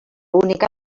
única